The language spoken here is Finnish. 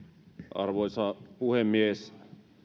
arvoisa puhemies